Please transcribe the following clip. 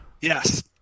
Yes